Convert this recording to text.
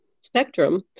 spectrum